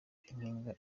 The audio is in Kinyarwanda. impinga